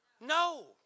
No